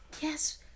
Yes